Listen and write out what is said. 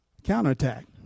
counterattack